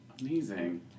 Amazing